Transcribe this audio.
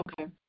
Okay